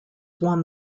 won